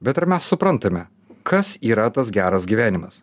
bet ar mes suprantame kas yra tas geras gyvenimas